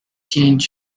change